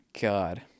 god